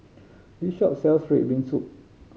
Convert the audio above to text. this shop sells red bean soup